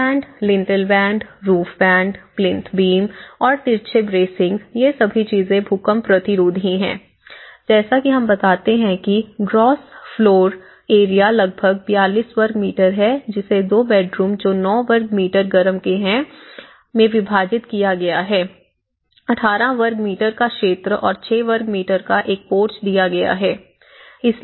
सिल band lintel band roof band plinth beam और तिरछे ब्रेसिंग यह सभी चीजों भूकंप प्रतिरोधी हैं जैसा कि हम बताते हैं कि ग्रॉस फ्लोर एरिया लगभग 42 वर्ग मीटर है जिसे 2 बेडरूम जो 9 वर्ग मीटर गरम के हैं में विभाजित किया गया है 18 वर्ग मीटर का क्षेत्र और 6 वर्ग मीटर का एक पोर्च दिया गया है